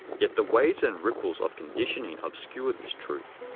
yet the waves and ripples of conditioning obscure this truth.